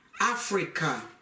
Africa